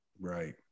right